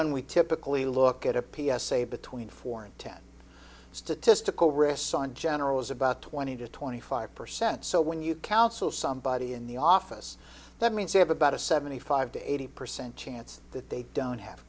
on we typically look at a p s a between four and ten statistical risks on general is about twenty to twenty five percent so when you counsel somebody in the office that means they have about a seventy five to eighty percent chance that they don't have